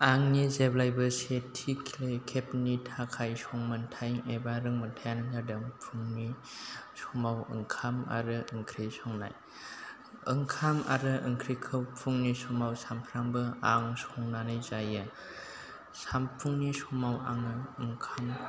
आंनि जेब्लायबो सेथि खेबनि थाखाय संमोन्थाइ एबा रोंमोन्थायानो जादों फुंनि समाव ओंखाम आरो ओंख्रि संनाय ओंखाम आरो ओंख्रिखौ फुंनि समाव सामफ्रामबो आं संनानै जायो साम फुंनि समाव आङो ओंखाम